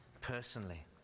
personally